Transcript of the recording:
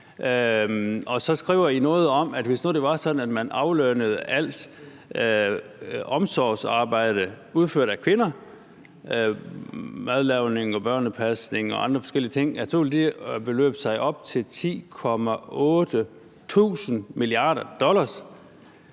I skriver noget om, at hvis nu det var sådan, at man aflønnede alt omsorgsarbejde udført af kvinder – madlavning, børnepasning og forskellige andre ting – så ville det beløbe sig til 10,8 tusind mia. dollars.